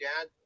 dad